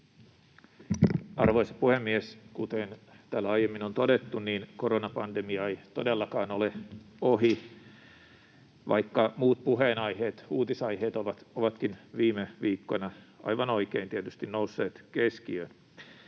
Arvoisa puhemies! Kuten täällä aiemmin on todettu, niin koronapandemia ei todellakaan ole ohi, vaikka muut puheenaiheet, uutisaiheet ovatkin viime viikkoina, aivan oikein tietysti, nousseet keskiöön.